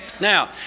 Now